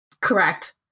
correct